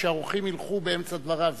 שהאורחים ילכו באמצע דבריו,